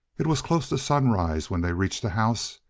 it was close to sunrise when they reached the house,